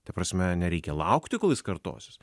ta prasme nereikia laukti kol jis kartosis